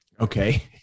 Okay